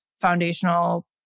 foundational